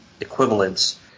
equivalents